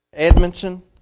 Edmondson